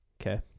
Okay